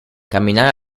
camminare